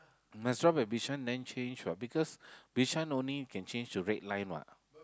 must drop at Bishan then change what because Bishan only you can change to red line what